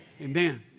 Amen